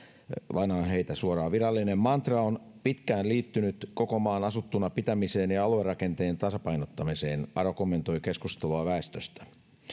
lainaan heitä suoraan virallinen mantra on pitkään liittynyt koko maan asuttuna pitämiseen ja aluerakenteen tasapainottamiseen aro kommentoi keskustelua väestöstä